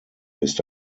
ist